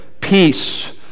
peace